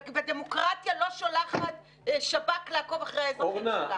דמוקרטיה לא שולחת שב"כ לעקוב אחרי האזרחים.